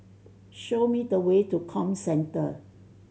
show me the way to Comcentre